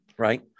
right